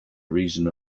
reason